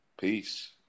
Peace